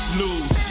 lose